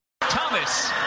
Thomas